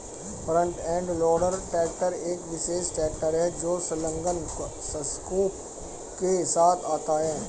front end loader tractor एक विशेष tractor है जो संलग्न स्कूप के साथ आता है